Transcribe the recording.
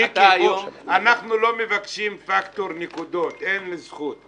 מיקי, אנחנו לא מבקשים פקטור של נקודות, אין זכות.